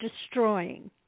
destroying